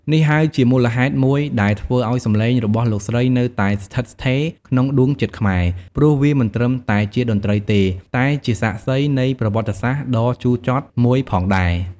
នេះហើយជាមូលហេតុមួយដែលធ្វើឲ្យសំឡេងរបស់លោកស្រីនៅតែស្ថិតស្ថេរក្នុងដួងចិត្តខ្មែរ ព្រោះវាមិនត្រឹមតែជាតន្ត្រីទេ តែជា សាក្សីនៃប្រវត្តិសាស្ត្រ ដ៏ជូរចត់មួយផងដែរ។